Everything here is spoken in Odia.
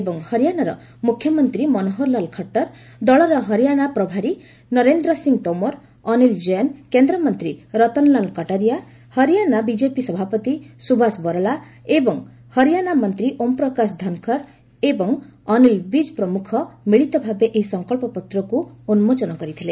ଏବଂ ହରିୟାଣାର ମୁଖ୍ୟମନ୍ତ୍ରୀ ମନୋହର ଲାଲ ଖଟର୍ ଦଳର ହରିୟାଣା ପ୍ରଭାରୀ ନରେନ୍ଦ୍ର ସିଂହ ତୋମର୍ ଅନିଲ୍ ଜୈନ୍ କେନ୍ଦ୍ରମନ୍ତ୍ରୀ ରତନଲାଲ୍ କଟାରିଆ ହରିୟାଣା ବିକେପି ସଭାପତି ସୁଭାସ ବରଳା ଏବଂ ହରିୟାଣା ମନ୍ତ୍ରୀ ଓମ୍ପ୍ରକାଶ ଧନ୍ଖର୍ ଏବଂ ଅନିଲ୍ ବିଜ୍ ପ୍ରମୁଖ ମିଳିତ ଭାବେ ଏହି ସଙ୍କଚ୍ଚ ପତ୍ରକୁ ଉନ୍କୋଚନ କରିଥିଲେ